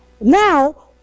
now